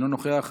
אינו נוכח,